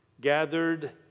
gathered